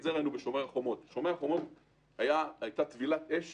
ראינו את זה בשומר החומות, כשהייתה טבילת אש